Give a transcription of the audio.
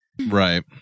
Right